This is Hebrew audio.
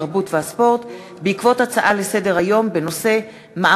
התרבות והספורט בעקבות דיון בהצעה לסדר-היום של חבר הכנסת